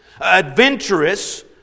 adventurous